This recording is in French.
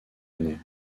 donnés